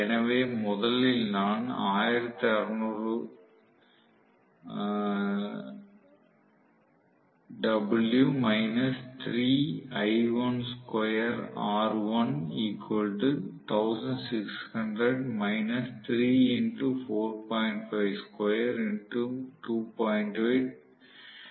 எனவே முதலில் நான் என்று சொல்ல வேண்டும்